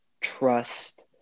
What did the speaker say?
trust